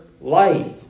life